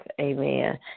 amen